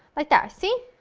like that, see?